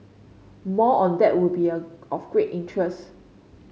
more on that would be a of great interest